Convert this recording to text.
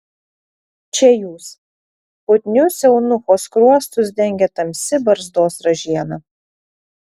čia jūs putnius eunucho skruostus dengė tamsi barzdos ražiena